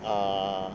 uh